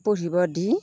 পঢ়িব দি